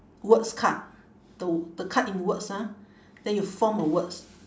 words card the the card in words ah then you form a words